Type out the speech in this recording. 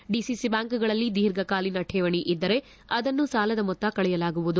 DCC ಬ್ಯಾಂಕುಗಳಲ್ಲಿ ದೀರ್ಘಕಾಲಿನ ಕೇವಣಿ ಇದ್ದರೆ ಅದನ್ನು ಸಾಲದ ಮೊತ್ತದಲ್ಲಿ ಕಳೆಋಲಾಗುವುದು